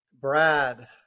Brad